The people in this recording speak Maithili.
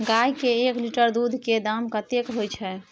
गाय के एक लीटर दूध के दाम कतेक होय छै?